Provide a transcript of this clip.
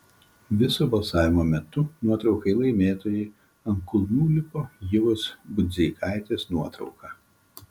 viso balsavimo metu nuotraukai laimėtojai ant kulnų lipo ievos budzeikaitės nuotrauka